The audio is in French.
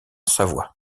savoie